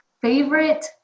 favorite